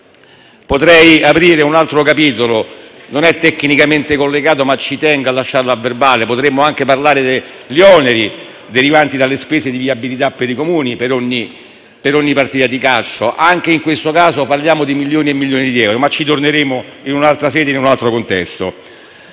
Potrei aprire un altro capitolo, che non tecnicamente collegato ma che tengo a lasciare a verbale: potremmo anche parlare degli oneri derivanti dalle spese di viabilità per i Comuni per ogni per ogni partita di calcio. Anche in questo caso parliamo di milioni e milioni di euro, ma ci torneremo in un'altra sede e in un altro contesto.